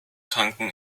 tanken